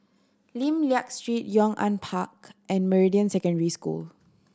Lim Liak Street Yong An Park and Meridian Secondary School